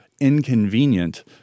inconvenient